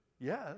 yes